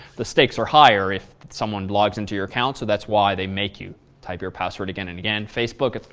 the stakes are higher if someone logs in to your account, so that's why they make you type your password again and again. facebook, nah,